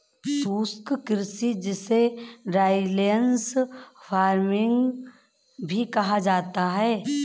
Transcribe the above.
शुष्क कृषि जिसे ड्राईलैंड फार्मिंग भी कहा जाता है